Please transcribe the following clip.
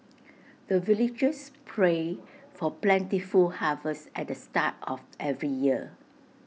the villagers pray for plentiful harvest at the start of every year